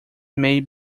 may